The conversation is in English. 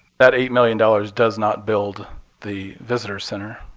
that eight million dollars does not build the visitors center.